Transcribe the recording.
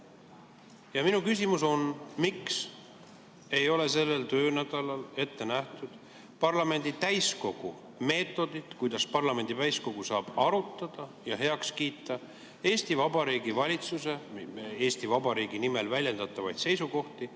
Minu küsimus on: miks ei ole sellel töönädalal ette nähtud parlamendi täiskogu meetodit, kuidas parlamendi täiskogu saab arutada ja heaks kiita Eesti Vabariigi valitsuse ja Eesti Vabariigi nimel väljendatavaid seisukohti